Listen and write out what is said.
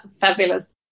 fabulous